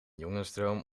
jongensdroom